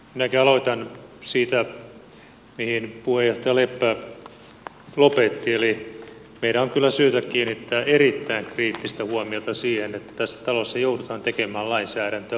minäkin aloitan siitä mihin puheenjohtaja leppä lopetti eli meidän on kyllä syytä kiinnittää erittäin kriittistä huomiota siihen että tässä talossa joudutaan tekemään lainsäädäntöä puutteellisin tiedoin